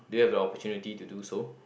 do you have the opportunity to do so